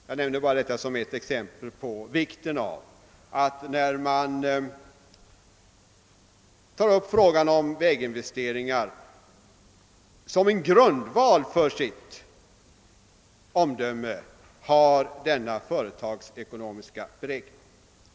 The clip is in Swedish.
Jag nämner detta bara som ett exempel på vikten av att man, när man tar upp frågan om väginvesteringar, såsom en grundval för sitt bedömande har denna företagsekonomiska beräkning.